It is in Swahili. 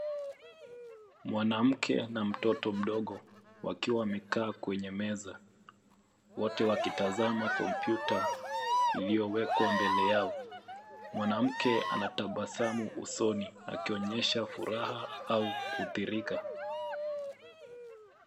Mwanamke na mtoto mdogo wakiwa wamekaa kwenye meza, wote wakitazama kompyuta iliyowekwa mbele yao. Mwanamke ana tabasamu usoni akionyesha furaha au kudhihirika.